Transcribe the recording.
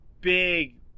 big